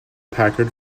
packard